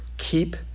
keep